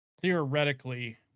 theoretically